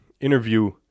interview